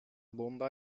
bomba